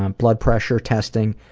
um blood pressure testing,